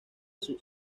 sus